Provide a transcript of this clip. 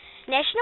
National